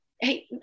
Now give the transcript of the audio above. Hey